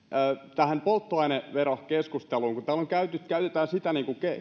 tähän polttoaineverokeskusteluun täällä käytetään sitä